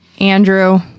andrew